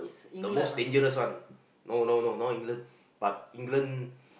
the most dangerous one no no no no England but England